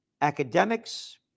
academics